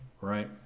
right